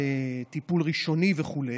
לטיפול ראשוני וכו',